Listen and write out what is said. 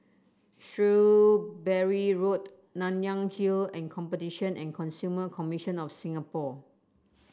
Shrewsbury Road Nanyang Hill and Competition and Consumer Commission of Singapore